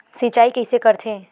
सिंचाई कइसे करथे?